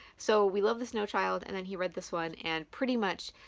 so we love the snow child, and then he read this one and pretty much